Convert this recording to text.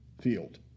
field